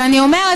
ואני אומרת,